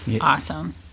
Awesome